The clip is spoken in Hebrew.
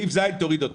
יורד.